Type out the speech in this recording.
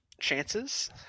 chances